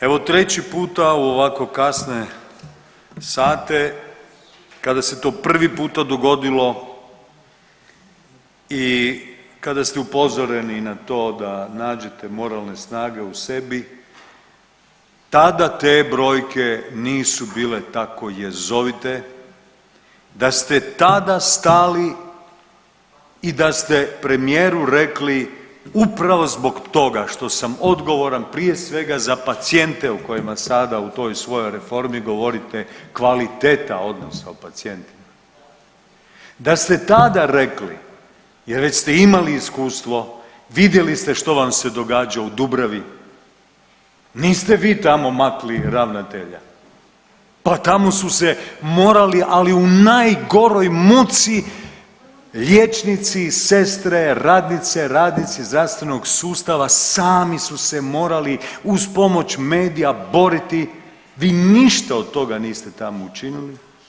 Evo treći puta u ovako kasne sate kada se to prvi puta dogodilo i kada ste upozoreni na to da nađete moralne snage u sebi tada te brojke nisu bile tako jezovite, da ste tada stali i da ste premijeru rekli upravo zbog toga što sam odgovoran prije svega za pacijente o kojima sada u toj svojoj reformi govorite kvaliteta odnosa o pacijentima, da ste tada rekli jer već ste imali iskustvo, vidjeli ste što vam se događa u Dubravi, niste vi tamo makli ravnatelja, pa tamo su se morali, ali u najgoroj muci liječnici, sestre, radnice, radnici zdravstvenog sustava sami su se morali uz pomoć medija boriti, vi ništa od toga niste tamo učinili.